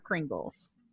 Kringles